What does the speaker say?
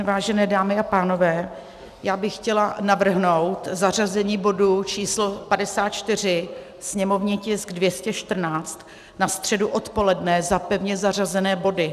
Vážené dámy a pánové, já bych chtěla navrhnout zařazení bodu číslo 54, sněmovní tisk 214, na středu odpoledne za pevně zařazené body.